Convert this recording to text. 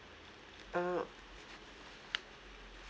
uh